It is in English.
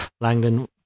Langdon